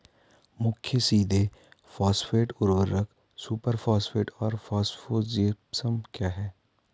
मुख्य सीधे फॉस्फेट उर्वरक सुपरफॉस्फेट और फॉस्फोजिप्सम हैं